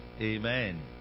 Amen